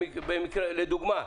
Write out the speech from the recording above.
לדוגמה,